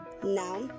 Now